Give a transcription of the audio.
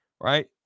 right